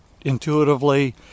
intuitively